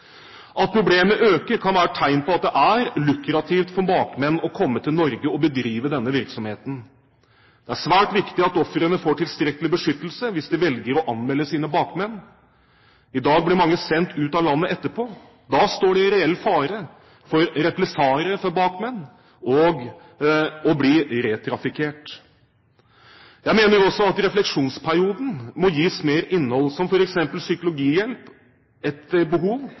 At problemet øker, kan være tegn på at det er lukrativt for bakmenn å komme til Norge og bedrive denne virksomheten. Det er svært viktig at ofrene får tilstrekkelig beskyttelse hvis de velger å anmelde sine bakmenn. I dag blir mange sendt ut av landet etterpå. Da står de i reell fare for represalier fra bakmenn og for å bli «re-trafikkert». Jeg mener også at refleksjonsperioden må gis mer innhold, som f.eks. psykologhjelp etter behov